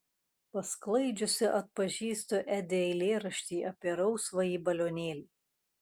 pasklaidžiusi atpažįstu edi eilėraštį apie rausvąjį balionėlį